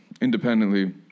independently